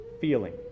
feeling